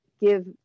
give